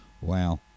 wow